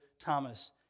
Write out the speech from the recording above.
Thomas